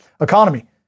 economy